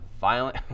violent